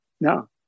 No